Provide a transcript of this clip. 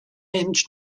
inch